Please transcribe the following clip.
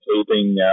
taping